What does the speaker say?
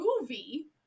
movie